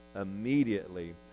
Immediately